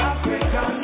Africa